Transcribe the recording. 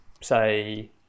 say